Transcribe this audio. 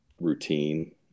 routine